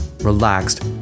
relaxed